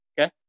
okay